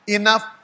enough